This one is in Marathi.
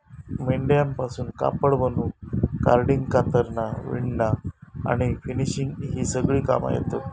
मेंढ्यांपासून कापड बनवूक कार्डिंग, कातरना, विणना आणि फिनिशिंग ही सगळी कामा येतत